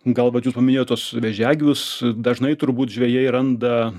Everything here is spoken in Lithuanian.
gal vat jūs paminėjot tuos vėžiagyvius dažnai turbūt žvejai randa